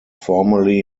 formerly